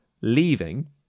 leaving